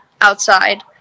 outside